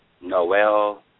Noel